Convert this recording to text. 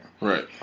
Right